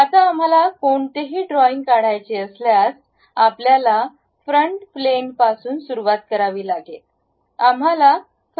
आता आम्हाला कोणतेही ड्रॉईंग काढायचे असल्यास आपल्याला फ्रंट प्लेन पासून सुरुवात करावी लागेल